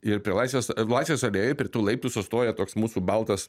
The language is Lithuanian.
ir prie laisvės laisvės alėjoje prie tų laiptų sustoja toks mūsų baltas